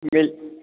मिल